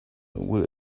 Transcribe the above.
will